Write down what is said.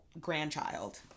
grandchild